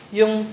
yung